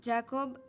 Jacob